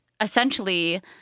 Essentially